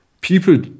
people